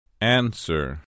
Answer